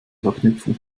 verknüpfung